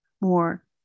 more